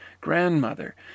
grandmother